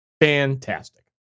fantastic